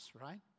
right